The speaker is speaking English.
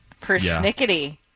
Persnickety